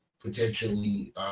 potentially